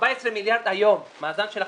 14 מיליארד היום מאזן של החברה.